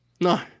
No